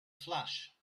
flash